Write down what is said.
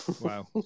Wow